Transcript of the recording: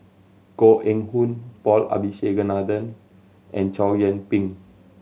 Koh Eng Hoon Paul Abisheganaden and Chow Yian Ping